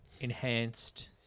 enhanced